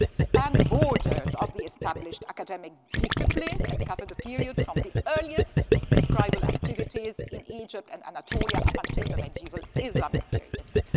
span the borders of the established academic disciplines and cover the period from the earliest scribal activities in egypt and anatolia up until the medieval islamic period.